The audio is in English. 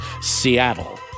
Seattle